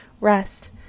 rest